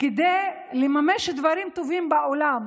כדי לממש דברים טובים בעולם,